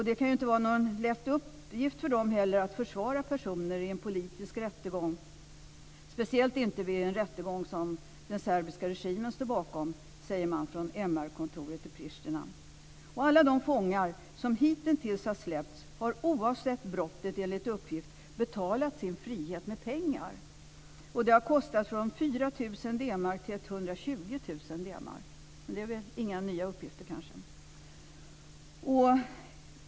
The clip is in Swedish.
Det kan inte vara någon lätt uppgift för dem att försvara personer i en politisk rättegång - speciellt inte vid en rättegång som den serbiska regimen står bakom - säger man från MR Alla de fångar som hitintills har släppts har oavsett brottet enligt uppgift betalat sin frihet med pengar. Det har kostat från 4 000 D-mark till 120 000 D mark. Men det är kanske inga nya uppgifter.